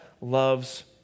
loves